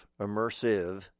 immersive